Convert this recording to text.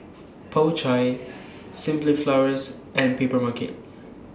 Po Chai Simply Flowers and Papermarket